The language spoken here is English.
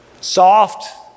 Soft